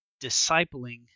discipling